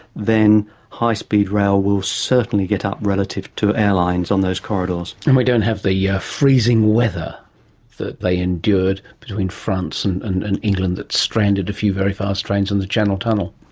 then high speed rail will certainly get up relative to airlines on those corridors. and we don't have the yeah freezing weather that they endured between france and and and england that stranded a few very fast trains in the channel tunnel.